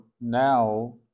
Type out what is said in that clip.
now